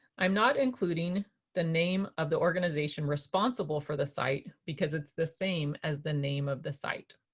i'm not including the name of the organization responsible for the site because it's the same as the name of the site.